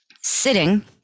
sitting